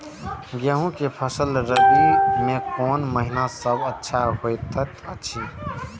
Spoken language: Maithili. गेहूँ के फसल रबि मे कोन महिना सब अच्छा होयत अछि?